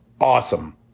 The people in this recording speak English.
Awesome